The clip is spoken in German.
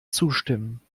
zustimmen